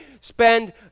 spend